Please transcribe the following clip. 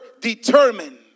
determined